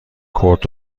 کورت